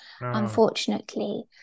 unfortunately